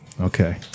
Okay